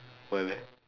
why leh